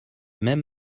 même